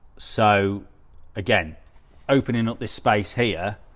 so again opening up this space here.